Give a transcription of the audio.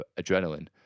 adrenaline